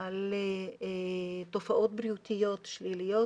על תופעות בריאותיות שליליות,